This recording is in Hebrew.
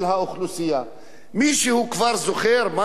מישהו עוד זוכר מה זה המחאה החברתית?